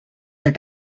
that